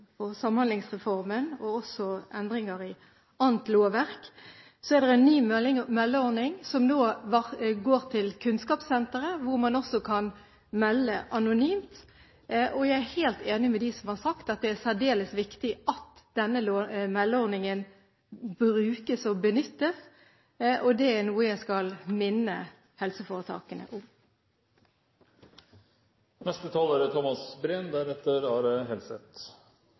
for Samhandlingsreformen, og også endringer i annet lovverk, er det en ny meldeordning som går til kunnskapssenteret, der man også kan melde anonymt. Jeg er helt enig med dem som har sagt at det er særdeles viktig at denne meldeordningen benyttes. Det er noe jeg skal minne helseforetakene om. Representanten Thomas Breen